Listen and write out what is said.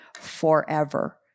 forever